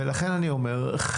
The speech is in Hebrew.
ולכן אני אומר,